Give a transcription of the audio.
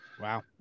wow